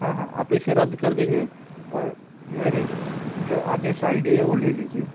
हाँ हाँ आप इसे रद्द कर दीजिए और मेरी जो आदेश आई डी है वो ले लीजिए